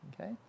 Okay